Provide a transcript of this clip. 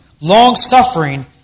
long-suffering